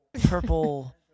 purple